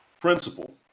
principle